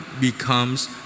becomes